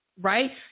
right